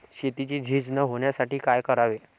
शेतीची झीज न होण्यासाठी काय करावे?